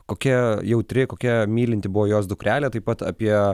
kokia jautri kokia mylinti buvo jos dukrelė taip pat apie